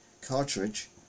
cartridge